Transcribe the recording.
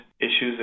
issues